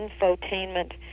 infotainment